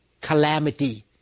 calamity